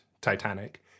Titanic